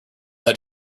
that